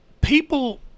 people